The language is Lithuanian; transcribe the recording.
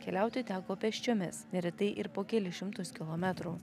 keliauti teko pėsčiomis neretai ir po kelis šimtus kilometrų